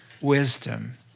wisdom